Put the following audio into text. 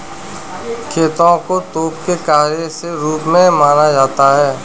खेपों को तोप के चारे के रूप में माना जाता था